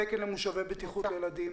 תקן למושבי בטיחות לילדים,